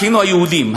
אחינו היהודים,